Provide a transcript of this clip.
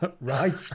right